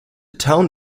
town